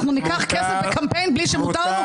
ואנחנו ניקח כסף לקמפיין בלי שמותר לנו,